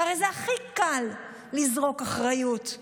הרי הכי קל זה לזרוק אחריות.